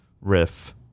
riff